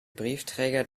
briefträger